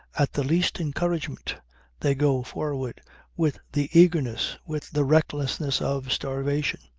at the least encouragement they go forward with the eagerness, with the recklessness of starvation.